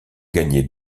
gagner